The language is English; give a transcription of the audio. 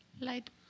Light